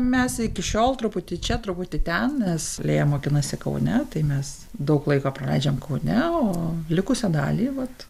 mes iki šiol truputį čia truputį ten nes lėja mokinasi kaune tai mes daug laiko praleidžiam kaune o likusią dalį vat